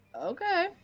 Okay